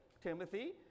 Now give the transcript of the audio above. Timothy